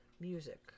music